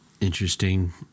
interesting